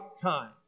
time